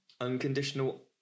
unconditional